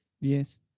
Yes